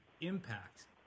impact